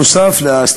ונוסף על כך,